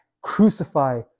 crucify